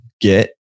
get